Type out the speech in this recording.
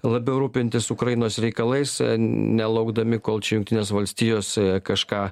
labiau rūpintis ukrainos reikalais nelaukdami kol čia jungtinės valstijos kažką